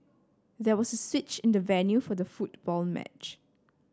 there was a switch in the venue for the football match